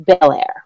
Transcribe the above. Belair